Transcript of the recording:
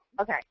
Okay